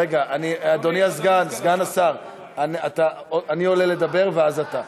רגע, אדוני סגן השר, אני עולה לדבר, ואז אתה.